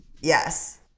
Yes